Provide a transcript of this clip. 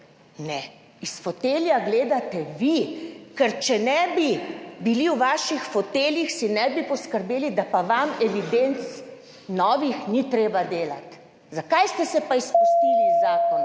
ne, iz fotelja gledate vi. Ker če ne bi bili v vaših foteljih, si ne bi poskrbeli, da pa vam evidenc novih ni treba delati. Zakaj ste se pa izpustili iz zakona?